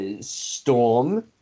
Storm